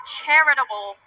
charitable